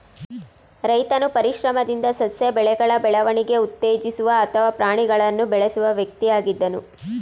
ರೈತನು ಪರಿಶ್ರಮದಿಂದ ಸಸ್ಯ ಬೆಳೆಗಳ ಬೆಳವಣಿಗೆ ಉತ್ತೇಜಿಸುವ ಅಥವಾ ಪ್ರಾಣಿಗಳನ್ನು ಬೆಳೆಸುವ ವ್ಯಕ್ತಿಯಾಗಿದ್ದನು